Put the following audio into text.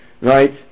right